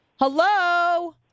Hello